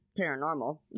paranormal